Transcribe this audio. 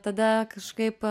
tada kažkaip